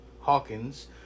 Hawkins